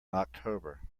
october